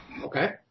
Okay